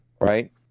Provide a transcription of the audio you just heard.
right